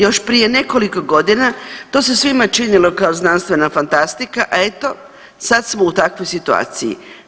Još prije nekoliko godina to se svima činilo kao znanstvena fantastika, a eto sad smo u takvoj situaciji.